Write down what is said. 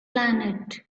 planet